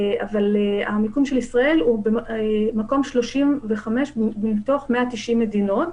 המיקום של ישראל הוא 35 מתוך 190 מדינות.